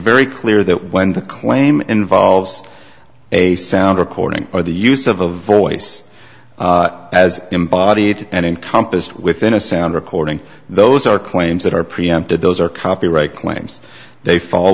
very clear that when the claim involves a sound recording or the use of a voice as embodied and encompassed within a sound recording those are claims that are preempted those are copyright claims they fall